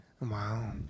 Wow